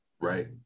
right